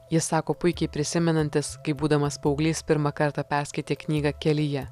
jis sako puikiai prisimenantis kaip būdamas paauglys pirmą kartą perskaitė knygą kelyje